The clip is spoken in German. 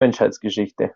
menschheitsgeschichte